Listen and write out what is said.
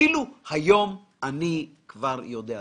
אפילו היום אני כבר יודע.